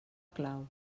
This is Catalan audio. clau